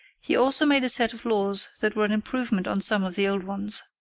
he also made a set of laws that were an improvement on some of the old ones.